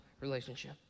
relationship